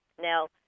Now